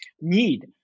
need